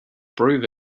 prove